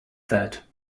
that